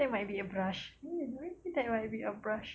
that might be a brush that might be a brush